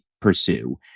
pursue